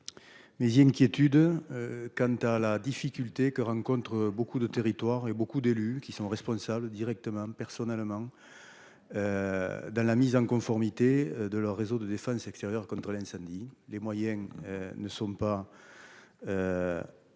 y a quiétude. Quant à la difficulté que rencontrent beaucoup de territoires et beaucoup d'élus qui sont responsables directement, personnellement. Dans la mise en conformité de leur réseau de défense extérieure contre l'incendie, les moyens. Ne sont pas.